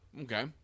Okay